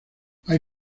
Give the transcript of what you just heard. hay